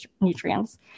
nutrients